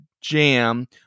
Jam